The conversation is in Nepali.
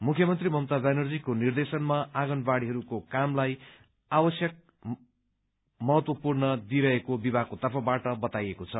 मुख्यमन्त्री ममता व्यानर्जीको निर्देशनमा आँगनवाड़ीहरूको कामलाई आवश्यक महत्व दिइरहेको विभागको तर्फबाट बताइएको छ